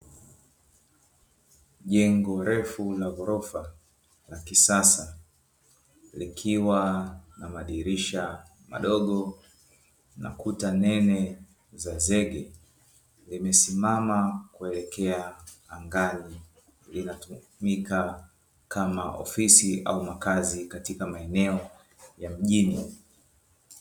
Jengo refu la ghorofa la kisasa, likiwa na madirisha madogo na kuta nene za zege; limesimama kuelekea angani. Linatumika kama ofisi au makazi katika maeneo ya mjini.